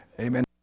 Amen